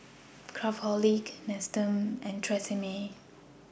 Craftholic Nestum and Tresemme